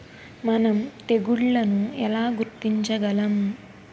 మనం తెగుళ్లను ఎలా గుర్తించగలం?